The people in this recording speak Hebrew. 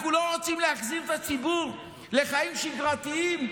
אנחנו לא רוצים להחזיר את הציבור לחיים שגרתיים?